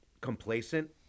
complacent